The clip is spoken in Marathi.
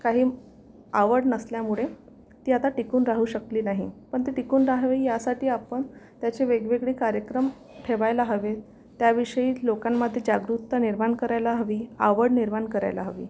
काही आवड नसल्यामुळे ती आता टिकून राहू शकली नाही पण ती टिकून रहावी यासाठी आपण त्याचे वेगवेगळे कार्यक्रम ठेवायला हवे त्याविषयी लोकांमध्ये जागरूकता निर्माण करायला हवी आवड निर्माण करायला हवी